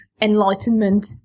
enlightenment